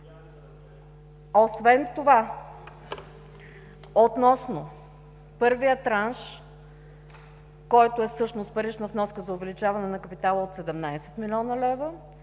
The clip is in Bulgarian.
Освен това относно първия транш, който е всъщност парична вноска за увеличаване на капитала от 17 млн. лв.